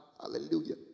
Hallelujah